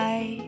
Bye